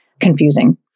confusing